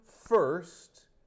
first